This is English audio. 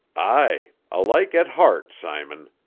ay, alike at heart, simon.